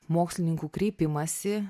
mokslininkų kreipimąsi